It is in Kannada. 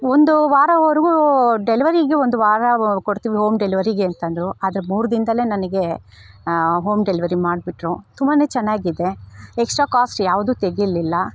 ಒಂದು ವಾರವರೆಗೂ ಡೆಲ್ವರಿಗೆ ಒಂದು ವಾರ ಕೊಡ್ತೀವಿ ಹೋಮ್ ಡೆಲ್ವರಿಗೆ ಅಂತಂದರು ಆದರೆ ಮೂರು ದಿನದಲ್ಲೇ ನನಗೆ ಹೋಮ್ ಡೆಲ್ವರಿ ಮಾಡಿಬಿಟ್ರು ತುಂಬಾ ಚೆನ್ನಾಗಿದೆ ಎಕ್ಷ್ಟ್ರಾ ಕಾಸ್ಟ್ ಯಾವುದು ತೆಗಿಲಿಲ್ಲ